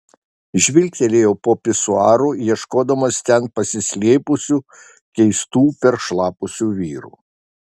žvilgtelėjau po pisuaru ieškodamas ten pasislėpusių keistų peršlapusių vyrų